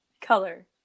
color